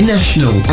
National